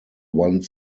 one